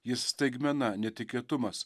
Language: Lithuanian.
jis staigmena netikėtumas